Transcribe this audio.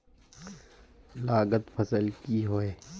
लागत फसल की होय?